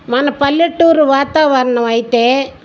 మన పల్లెటూరు వాతావరణం అయితే